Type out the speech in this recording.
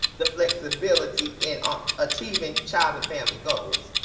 the flexibility in ah achieving child and family goals.